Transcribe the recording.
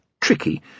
tricky—